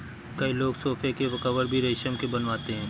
कई लोग सोफ़े के कवर भी रेशम के बनवाते हैं